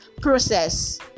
process